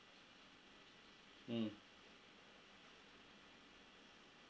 mm